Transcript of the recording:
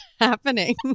happening